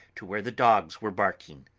to where the dogs were barking.